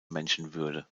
menschenwürde